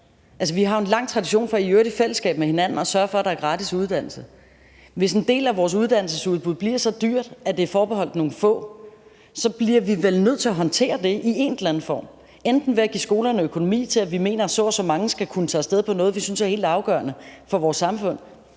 Vi har jo en lang tradition for – i øvrigt i fællesskab med hinanden – at sørge for, at der er gratis uddannelse, og hvis en del af vores uddannelsesudbud bliver så dyrt, at det er forbeholdt nogle få, så bliver vi vel nødt til at håndtere det i en eller anden form, f.eks. ved at give skolerne økonomi til det, som vi mener at så og så mange skal kunne tage af sted til, noget, som vi synes er helt afgørende for vores samfund.